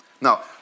Now